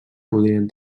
podrien